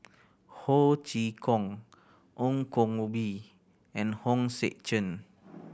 Ho Chee Kong Ong Koh Bee and Hong Sek Chern